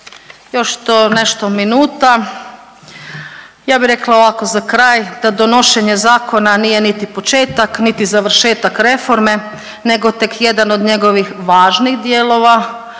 Još to nešto minuta, ja bi rekla ovako za kraj da donošenje zakona nije niti početak, niti završetak reforme, nego tek jedan od njegovih važnih dijelova